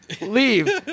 Leave